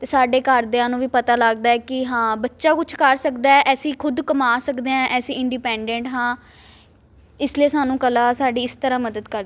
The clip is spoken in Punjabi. ਅਤੇ ਸਾਡੇ ਘਰਦਿਆਂ ਨੂੰ ਵੀ ਪਤਾ ਲੱਗਦਾ ਕਿ ਹਾਂ ਬੱਚਾ ਕੁਛ ਕਰ ਸਕਦਾ ਅਸੀਂ ਖੁਦ ਕਮਾ ਸਕਦੇ ਹਾਂ ਅਸੀਂ ਇੰਡੀਪੈਂਡੈਂਟ ਹਾਂ ਇਸ ਲਈ ਸਾਨੂੰ ਕਲਾ ਸਾਡੀ ਇਸ ਤਰ੍ਹਾਂ ਮਦਦ ਕਰ